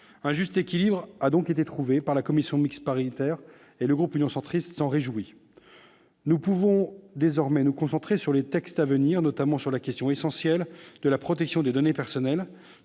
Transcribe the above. Un juste équilibre a été trouvé par la commission mixte paritaire, ce dont le groupe Union centriste se réjouit. Nous pouvons désormais nous concentrer sur les textes à venir, notamment sur la question essentielle de la protection des données personnelles